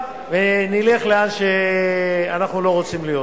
ונלך לאן שאנחנו לא רוצים.